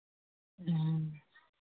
ᱦᱮᱸ